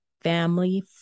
family